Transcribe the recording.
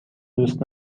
دوست